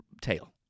tail